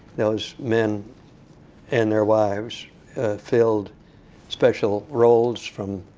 those men and their wives filled special rolls from